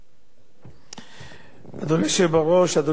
אדוני היושב-ראש, אדוני השר, חברי חברי הכנסת,